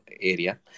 area